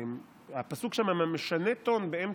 הפסוק שם משנה טון באמצע.